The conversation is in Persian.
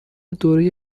دوره